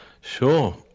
Sure